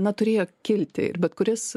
na turėjo kilti ir bet kuris